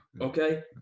Okay